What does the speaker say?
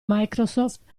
microsoft